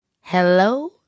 Hello